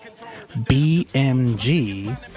BMG